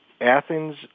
Athens